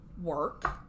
work